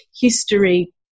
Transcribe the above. history